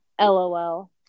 LOL